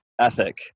ethic